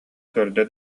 көрдө